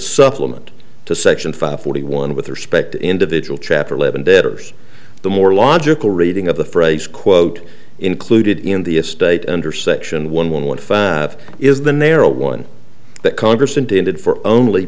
supplement to section five forty one with respect individual chapter eleven deaders the more logical reading of the phrase quote included in the estate under section one one one is than their old one that congress intended for only